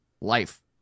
life